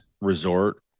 Resort